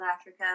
Africa